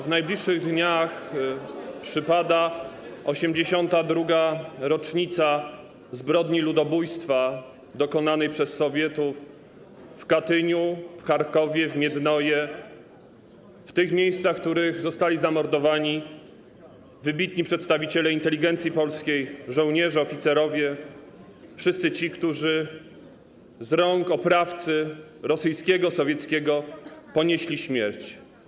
W najbliższych dniach przypada 82. rocznica zbrodni ludobójstwa dokonanej przez Sowietów w Katyniu, w Charkowie, w Miednoje - w tych miejscach, w których zostali zamordowani wybitni przedstawiciele inteligencji polskiej, żołnierze, oficerowie, wszyscy ci, którzy z rąk oprawcy rosyjskiego, sowieckiego ponieśli śmierć.